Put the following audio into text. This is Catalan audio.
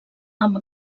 amb